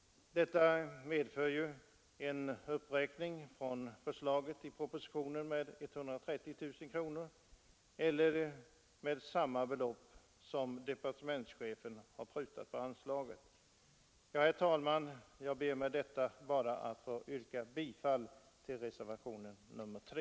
Det innebär en uppräkning i förhållande till förslaget i propositionen med 130 000 kronor; med det beloppet har departementschefen alltså prutat det begärda anslaget. Herr talman! Jag ber med detta att få yrka bifall till reservationen 3.